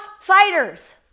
fighters